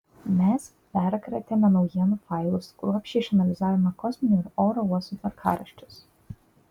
mes perkratėme naujienų failus kruopščiai išanalizavome kosminių ir oro uostų tvarkaraščius